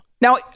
Now